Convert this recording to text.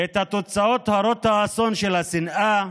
גיסא את התוצאות הרות האסון של השנאה,